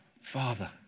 Father